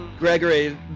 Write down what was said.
Gregory